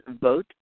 vote